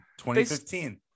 2015